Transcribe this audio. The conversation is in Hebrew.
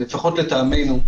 לפחות לטעמנו,